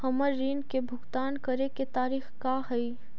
हमर ऋण के भुगतान करे के तारीख का हई?